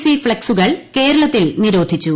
C ഫ്ളക്സുകൾ കേരളത്തിൽ നിരോധിച്ചു